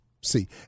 See